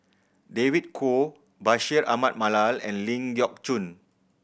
David Kwo Bashir Ahmad Mallal and Ling Geok Choon